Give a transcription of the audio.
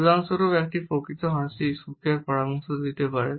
উদাহরণস্বরূপ একটি প্রকৃত হাসি সুখের পরামর্শ দিতে পারে